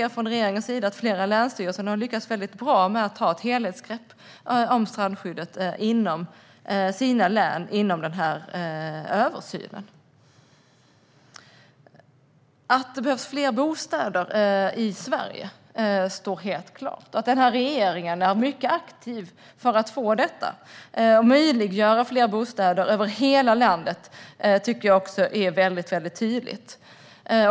Regeringen ser att flera länsstyrelser har lyckats väldigt bra med att ta ett helhetsgrepp om strandskyddet inom sina län och inom översynen. Att det behövs fler bostäder i Sverige står helt klart. Att regeringen är mycket aktiv för att möjliggöra fler bostäder över hela landet tycker jag också är tydligt.